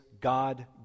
God